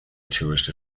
tourist